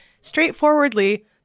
Straightforwardly